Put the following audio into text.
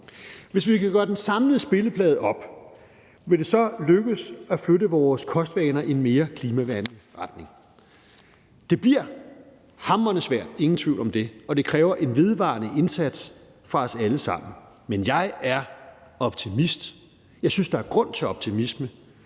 Hvis vi kan gøre den samlede spilleplade op, vil det så lykkes at flytte vores kostvaner i en mere klimavenlig retning? Det bliver hamrende svært, ingen tvivl om det, og det kræver en vedvarende indsats fra os alle sammen, men jeg er optimist. Jeg synes, der er grund til optimisme,